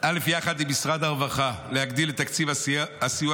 יחד עם משרד הרווחה להגדיל את תקציב הסיוע